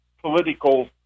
political